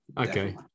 Okay